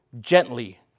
gently